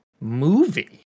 movie